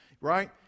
right